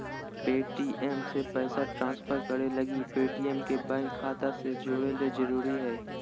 Paytm से पैसा transfer करे लगी पेटीएम के बैंक खाता से जोड़े ल जरूरी हय